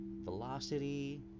velocity